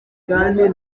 kandi